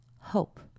hope